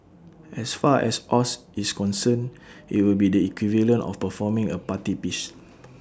as far as Oz is concerned IT would be the equivalent of performing A party piece